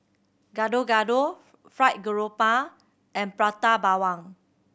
Gado Gado fried grouper and Prata Bawang